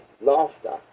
laughter